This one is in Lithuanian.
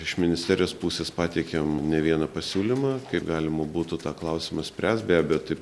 iš ministerijos pusės pateikėm ne vieną pasiūlymą kaip galima būtų tą klausimą spręst be abejo taip